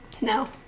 No